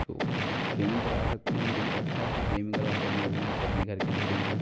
जो फ़्रेमिंग करवा सकते हैं उनके लिए अच्छा है कि फ़्रेमिंग करवा के अपने रूम्स या अपने घर के अंदर कहीं भी